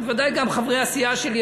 גם בשם חברי הסיעה שלי,